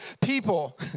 people